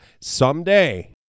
Someday